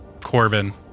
Corbin